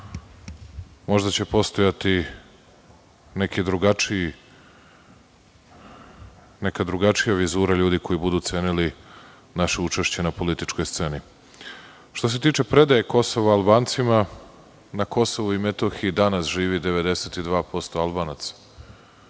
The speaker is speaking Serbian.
Možda će postojati neka drugačija vizura ljudi koji budu cenili naše učešće na političkoj sceni. Što se tiče predaje Kosova Albancima, na Kosovu i Metohiji danas živi 92% Albanaca